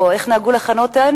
או איך נהגו לכנותנו?